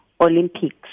Olympics